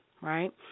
right